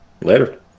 later